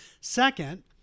Second